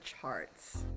charts